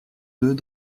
deux